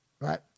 Right